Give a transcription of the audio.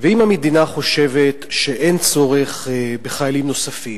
ואם המדינה חושבת שאין צורך בחיילים נוספים,